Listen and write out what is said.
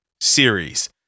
series